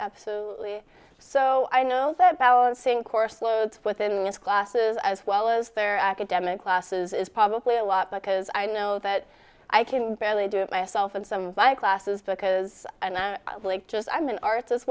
absolutely so i know that balancing course loads within those classes as well as their academic classes is probably a lot because i know that i can barely do it myself and some of my classes because and i just i'm an art